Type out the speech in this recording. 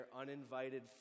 uninvited